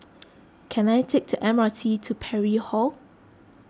can I take the M R T to Parry Hall